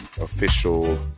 official